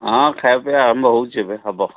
ହଁ ଖାଇବା ପିଇବା ଆରମ୍ଭ ହେଉଛି ଏବେ ହେବ